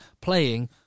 playing